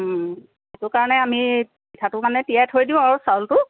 সেইটো কাৰণে আমি পিঠাটো মানে তিয়াই থৈ দিওঁ আৰু চাউলটো